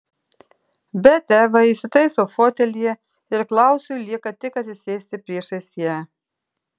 bet eva įsitaiso fotelyje ir klausui lieka tik atsisėsti priešais ją